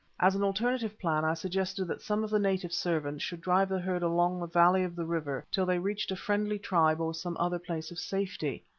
as an alternative plan i suggested that some of the native servants should drive the herd along the valley of the river till they reached a friendly tribe or some other place of safety.